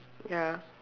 ya